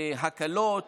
הקלות